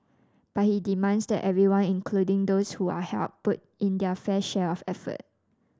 but he demands that everyone including those who are helped put in their fair share of effort